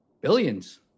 billions